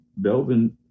Belvin